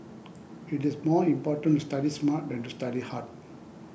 it is more important to study smart than to study hard